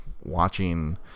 watching